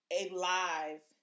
alive